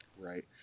Right